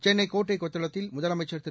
சென்னை கோட்டை கொத்தளத்தில் முதலமைச்சர் திரு